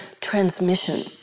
transmission